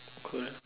cool